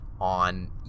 on